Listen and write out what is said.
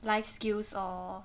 life skills or